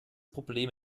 problem